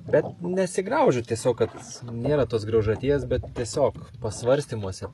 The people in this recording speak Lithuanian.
bet nesigraužiu tiesiog kad nėra tos graužaties bet tiesiog pasvarstymuose